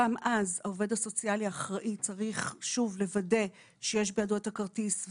גם אז העובד הסוציאלי האחראי צריך שוב לוודא שיש בידו את הכרטיס,